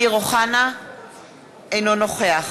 אינו נוכח